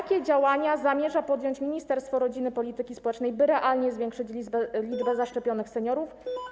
Jakie działania zamierza podjąć Ministerstwo Rodziny i Polityki Społecznej, by realnie zwiększyć liczbę zaszczepionych seniorów?